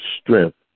strength